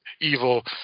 evil